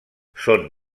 són